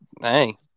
Hey